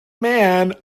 man